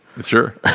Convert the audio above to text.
Sure